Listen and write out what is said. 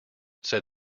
said